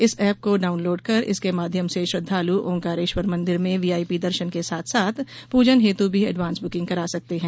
इस एप को डाउनलोड कर इसके माध्यम से श्रद्वालु ओंकारेश्वर मंदिर में वीआईपी दर्शन के साथ साथ प्रजन हेतु भी एडवांस बुकिंग करा सकते हैं